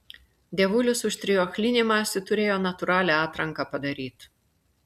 dievulis už triochlinimąsi turėjo natūralią atranką padaryt